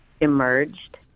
emerged